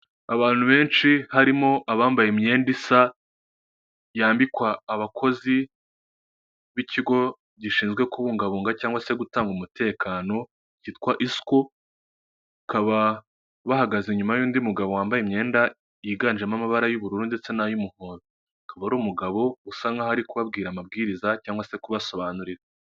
Abantu benshi harimo abambaye imyenda isa, yambikwa abakozi b'ikigo gishinzwe kubungabunga cyangwa se gutanga umutekano cyitwa Isiko, bakaba bahagaze inyuma y'undi mugabo wambaye imyenda yiganjemo amabara y'ubururu ndetse n'ay'umuhondo, akaba ari umugabo usa nk'aho ari kubabwira amabwiriza cyangwa se kubasobanurira.